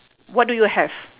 what do you have